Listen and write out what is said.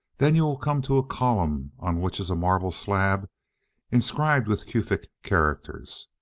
then you will come to a column on which is a marble slab inscribed with cufic characters.